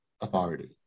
authority